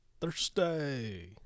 Thursday